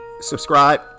subscribe